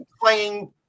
playing